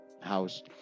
house